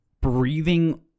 breathing